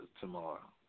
tomorrow